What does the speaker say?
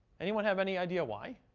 anyone have any idea why?